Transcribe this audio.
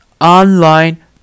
online